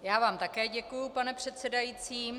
Já vám také děkuji, pane předsedající.